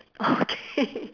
okay